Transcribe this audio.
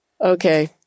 Okay